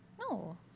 No